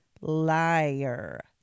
Liar